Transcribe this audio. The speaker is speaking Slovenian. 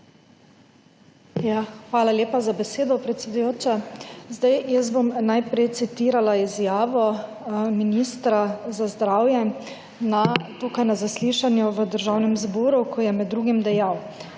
hvala lepa za besedo, predsedujoča. Zdaj jaz bom najprej citirala izjavo ministra za zdravje tukaj na zaslišanju v Državnem zboru, ko je med drugim dejal: